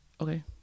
Okay